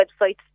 websites